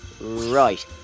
Right